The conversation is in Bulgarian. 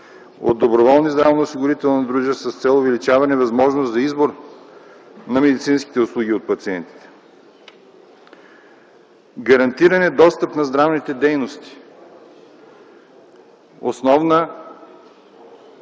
от доброволни здравноосигурителни дружества с цел увеличаване възможност за избор на медицинските услуги от пациентите. - Гарантиране достъп на здравните дейности – основна